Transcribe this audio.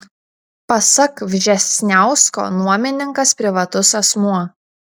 pasak vžesniausko nuomininkas privatus asmuo